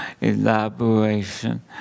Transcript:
elaboration